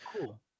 cool